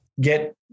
get